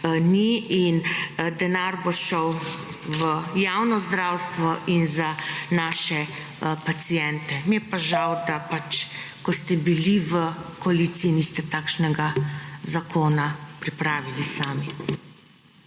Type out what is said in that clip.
ni in denar bo šel v javno zdravstvo in za naše paciente. Mi je pa žal, da pač / znak za konec razprave/ ko ste bili v koaliciji, niste takšnega zakona pripravili sami.